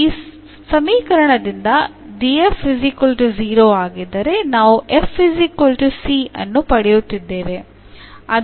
ಈ ಸಮೀಕರಣದಿಂದ df 0 ಆಗಿದ್ದರೆ ನಾವು f c ಅನ್ನು ಪಡೆಯುತ್ತಿದ್ದೇವೆ